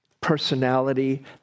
personality